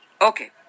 Okay